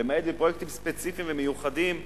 למעט בפרויקטים ספציפיים ומיוחדים לסטודנטים,